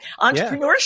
Entrepreneurship